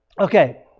Okay